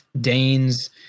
Dane's